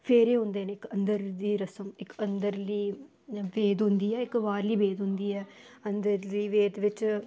फेरे होंदे न इक अंदर दी रस्म इक अंदरली बेद होंदी ऐ बाह्रली बेद होंदी ऐ अंदरली बेद बिच